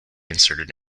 inserted